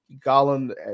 Garland